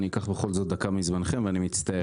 אני אקח, בכל זאת, דקה מזמנכם, ואני מצטער.